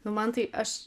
nu man tai aš